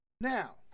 Now